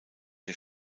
der